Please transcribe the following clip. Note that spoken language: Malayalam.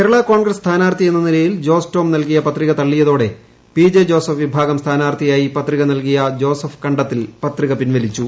കേരള കോൺഗ്രസ് സ്ഥാനാർത്ഥി എന്ന നിലയിൽ ജോസ് ടോം നൽകിയ പത്രിക തള്ളിയതോടെ പി ജെ ജോസഫ് വിഭാഗം സ്ഥാനാർത്ഥിയായി പത്രിക നൽകിയ ജോസഫ് കണ്ടത്തിൽ പത്രിക പിൻവലിച്ചു